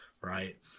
right